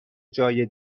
جای